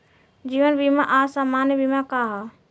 जीवन बीमा आ सामान्य बीमा का ह?